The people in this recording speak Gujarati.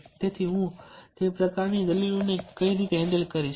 તેથી હું તે પ્રકારની દલીલોને કઈ રીતે હેન્ડલ કરીશ